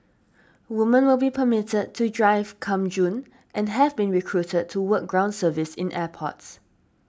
woman will be permitted to drive come June and have been recruited to work ground service in airports